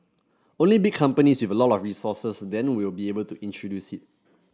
only big companies with a lot of resources then will be able to introduce it